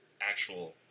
actual